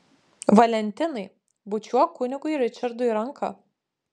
valentinai bučiuok kunigui ričardui ranką